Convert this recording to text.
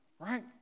Right